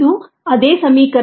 ಇದು ಅದೇ ಸಮೀಕರಣ